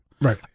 Right